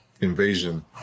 invasion